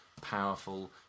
powerful